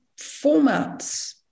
Formats